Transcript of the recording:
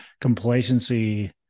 Complacency